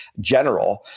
general